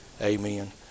Amen